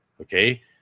Okay